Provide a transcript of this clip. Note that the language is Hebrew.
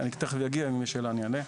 אני תיכף אגיע ואם תהיה שאלה אני אענה.